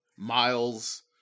Miles